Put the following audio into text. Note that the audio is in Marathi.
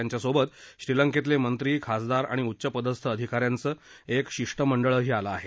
त्यांच्यासोबत श्रीलंकेतले मंत्री खासदार आणि उचपदस्थ अधिकाऱ्यांचं शिष्टमंडळही आलं आहे